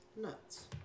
nuts